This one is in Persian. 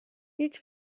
هیچ